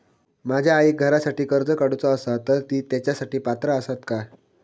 माझ्या आईक घरासाठी कर्ज काढूचा असा तर ती तेच्यासाठी पात्र असात काय?